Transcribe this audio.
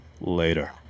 Later